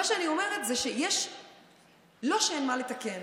מה שאני אומרת זה לא שאין מה לתקן.